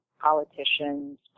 politicians